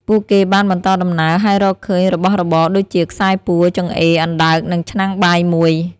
ពួកគេបានបន្តដំណើរ ហើយរកឃើញរបស់របរដូចជាខ្សែពួរ ចង្អេរ អណ្តើក និងឆ្នាំងបាយមួយ ។